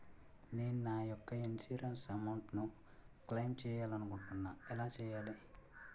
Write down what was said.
నేను నా యెక్క ఇన్సురెన్స్ అమౌంట్ ను క్లైమ్ చేయాలనుకుంటున్నా ఎలా చేయాలి?